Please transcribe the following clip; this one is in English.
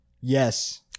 Yes